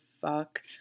fuck